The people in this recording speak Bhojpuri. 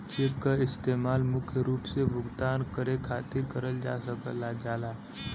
चेक क इस्तेमाल मुख्य रूप से भुगतान करे खातिर करल जा सकल जाला